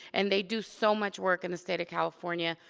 and they do so much work in the state of california.